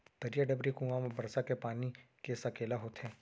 तरिया, डबरी, कुँआ म बरसा के पानी के सकेला होथे